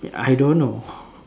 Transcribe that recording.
ya I don't know